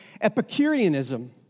Epicureanism